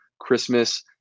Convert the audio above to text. Christmas